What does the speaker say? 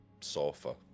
sofa